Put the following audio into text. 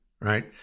Right